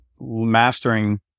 mastering